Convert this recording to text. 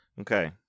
Okay